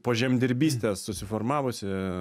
po žemdirbystės susiformavusi